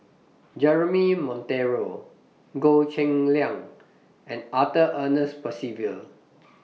Jeremy Monteiro Goh Cheng Liang and Arthur Ernest Percival